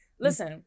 Listen